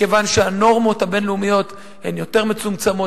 מכיוון שהנורמות הבין-לאומיות הן יותר מצומצמות,